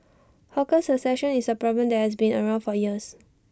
hawker succession is A problem that has been around for years